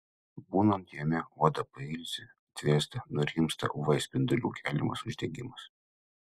būnant jame oda pailsi atvėsta nurimsta uv spindulių keliamas uždegimas